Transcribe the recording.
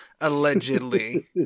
allegedly